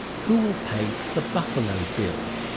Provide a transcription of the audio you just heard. who will pay the buffalo bill?